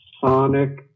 Sonic